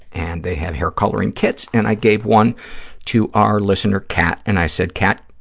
and they have hair-coloring kits and i gave one to our listener, kat, and i said, kat,